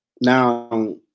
Now